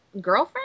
girlfriend